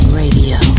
radio